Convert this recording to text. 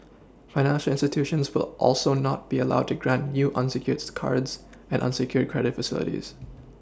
financial institutions will also not be allowed to grant new unsecured cards and unsecured credit facilities